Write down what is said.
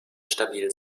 stabil